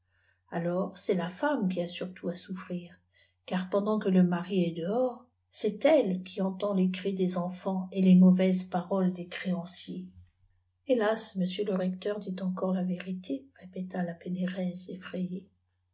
alors c'est la femme qui a surtout à souffirir mm fwndani ie le mari est dehors c'est elle qui entend les ens des entots el les manvaieèl patea des ctéabciers rr hélas liobsieur le recteur dit encore la vérité répétta la pmêéih etfrajée